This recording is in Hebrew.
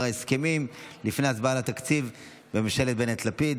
ההסכמים לפני ההצבעה על התקציב בממשלת בנט לפיד.